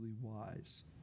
wise